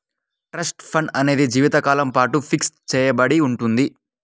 trust fund అనేది జీవితకాలం పాటు ఫిక్స్ చెయ్యబడి ఉంటుంది